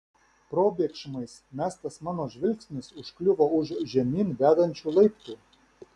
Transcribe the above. probėgšmais mestas mano žvilgsnis užkliuvo už žemyn vedančių laiptų